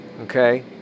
okay